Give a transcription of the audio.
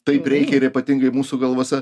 taip reikia ir ypatingai mūsų galvose